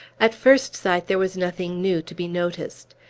at first sight, there was nothing new to be noticed.